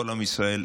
כל עם ישראל,